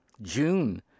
june